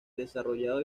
desarrollado